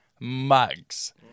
mugs